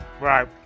Right